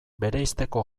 bereizteko